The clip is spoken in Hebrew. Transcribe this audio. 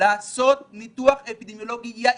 לעשות ניתוח אפידמיולוגי יעיל.